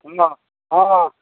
सुनून ने हँ